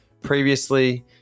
previously